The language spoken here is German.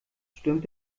stürmt